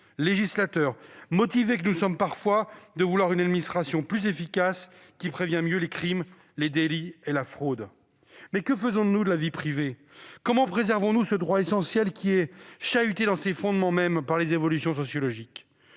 législateurs, motivés que nous sommes parfois par le désir d'avoir une administration plus efficace, qui prévient mieux les crimes, les délits et la fraude. Mais que faisons-nous de la vie privée ? Comment préservons-nous ce droit essentiel qui est chahuté dans ses fondements mêmes par les évolutions sociologiques ?